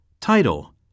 Title